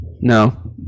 No